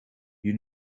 you